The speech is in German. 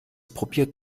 probiert